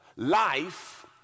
Life